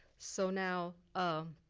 so now, ah